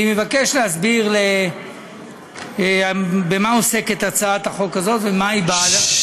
אני מבקש להסביר במה עוסקת הצעת החוק הזאת ומה היא באה לעשות בעניין.